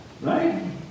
right